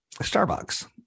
starbucks